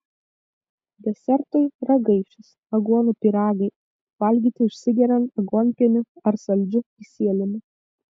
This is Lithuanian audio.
desertui ragaišis aguonų pyragai valgyti užsigeriant aguonpieniu ar saldžiu kisieliumi